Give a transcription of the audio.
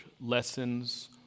Lessons